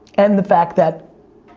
and the fact that